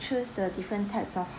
choose the different types of